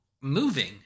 moving